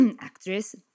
actress